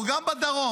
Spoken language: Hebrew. וגם בדרום,